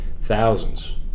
Thousands